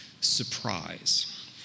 surprise